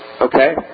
Okay